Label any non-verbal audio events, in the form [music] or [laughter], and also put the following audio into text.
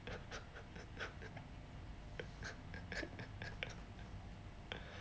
[laughs]